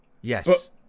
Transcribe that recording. Yes